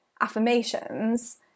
affirmations